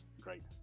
great